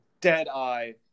dead-eye